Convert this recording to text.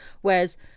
whereas